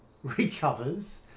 recovers